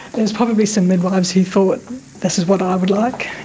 there's probably some midwives who thought this is what i would like!